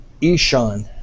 Ishan